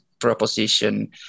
proposition